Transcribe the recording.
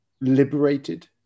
liberated